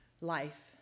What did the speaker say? life